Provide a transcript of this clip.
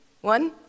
One